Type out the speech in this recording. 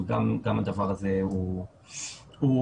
וגם הדבר הזה הוא חשוב.